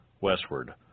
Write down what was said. Westward